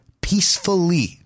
peacefully